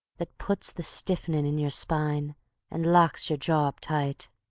that puts the stiffinin' in yer spine and locks yer jaw up tight.